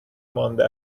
مانده